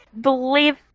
believe